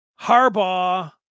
Harbaugh